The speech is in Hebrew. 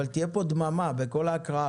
אבל תהיה פה דממה בכל הקראה.